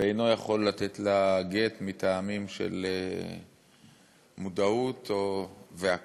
ואינו יכול לתת לה גט מטעמים של מודעות והכרה.